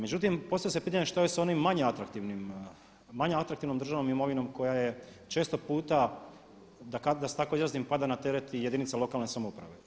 Međutim, postavlja se pitanje što je sa onim manje atraktivnim, manje atraktivnom državnom imovinom koja je često puta da se tak izrazim pada na teret i jedinica lokalne samouprave.